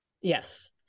yes